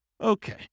Okay